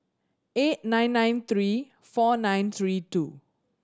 eight nine nine three four nine three two